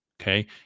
Okay